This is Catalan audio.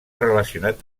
relacionat